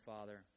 Father